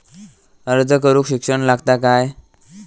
अर्ज करूक शिक्षण लागता काय?